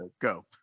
go